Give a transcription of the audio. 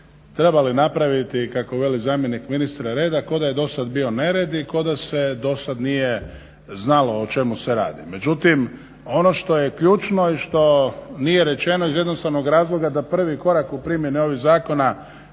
trebali napraviti kako veli zamjenik ministra reda ko da je do sad bio nered i ko da se do sad nije znalo o čemu se radi. Međutim, ono što je ključno i što nije rečeno iz jednostavnog razloga da prvi korak u primjeni ovih zakona